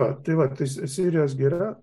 a tai vat sirijos gira